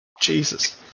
Jesus